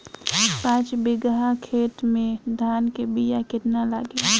पाँच बिगहा खेत में धान के बिया केतना लागी?